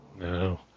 No